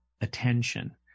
attention